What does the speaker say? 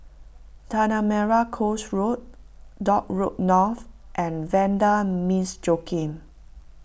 Tanah Merah Coast Road Dock Road North and Vanda Miss Joaquim